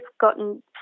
gotten